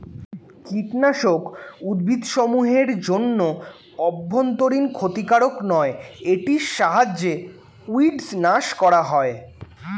কীটনাশক উদ্ভিদসমূহ এর জন্য অভ্যন্তরীন ক্ষতিকারক নয় এটির সাহায্যে উইড্স নাস করা হয়